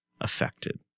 affected